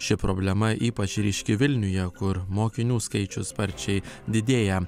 ši problema ypač ryški vilniuje kur mokinių skaičius sparčiai didėja